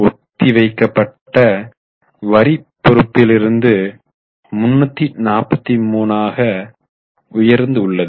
ஒத்தி வைக்க பட்ட வரி பொறுப்பிலிருந்து 343 ஆக உயர்ந்து உள்ளது